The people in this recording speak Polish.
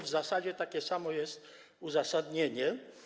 W zasadzie takie samo jest uzasadnienie.